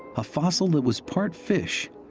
a fossil that was part fish,